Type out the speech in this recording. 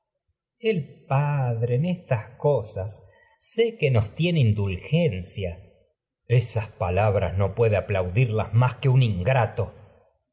el padre estas cosas sé que nos indulgencia tragedias de sófocles electra esas palabras puede aplaudirlas más que un ingrato